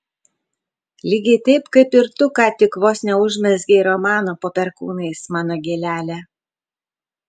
lygiai taip kaip ir tu ką tik vos neužmezgei romano po perkūnais mano gėlele